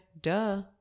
duh